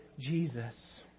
Jesus